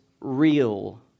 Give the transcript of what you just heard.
real